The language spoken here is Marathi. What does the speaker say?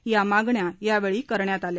या मागण्या यावेळी करण्यात आल्या